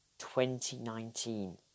2019